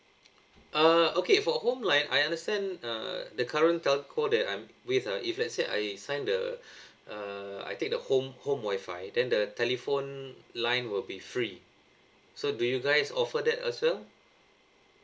uh okay for home line I understand uh the current telco that I'm with uh if let's say I sign the uh I take the home home wifi then the telephone line will be free so do you guys offer that as well